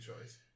choice